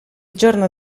giorno